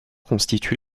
constituent